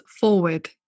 forward